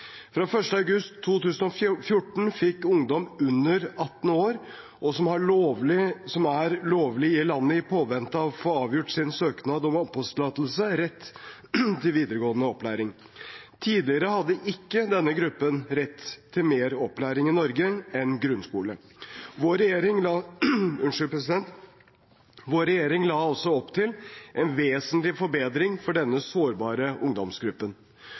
Fra 1. august 2014 fikk ungdom under 18 år som er lovlig i landet i påvente av å få avgjort sin søknad om oppholdstillatelse, rett til videregående opplæring. Tidligere hadde ikke denne gruppen rett til mer opplæring i Norge enn grunnskole. Vår regjering la altså opp til en vesentlig forbedring for denne sårbare ungdomsgruppen.